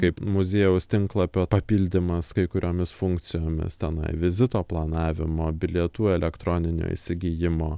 kaip muziejaus tinklapio papildymas kai kuriomis funkcijomis tenai vizito planavimo bilietų elektroninio įsigijimo